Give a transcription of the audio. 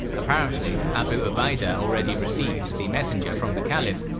apparently, abu ubaidah already received the messenger from the caliph,